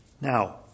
Now